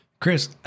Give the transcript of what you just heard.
Chris